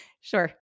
Sure